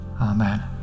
Amen